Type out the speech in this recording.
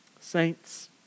Saints